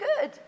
good